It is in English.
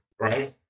right